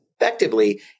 effectively